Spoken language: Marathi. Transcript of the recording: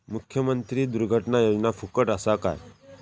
मुख्यमंत्री दुर्घटना योजना फुकट असा काय?